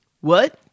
What